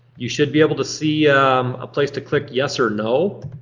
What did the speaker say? you should be able to see a place to click yes or no.